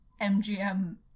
mgm